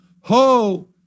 Ho